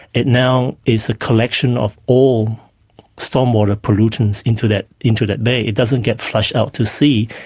it now is a collection of all stormwater pollutants into that into that bay it doesn't get flushed out to sea,